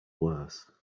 worse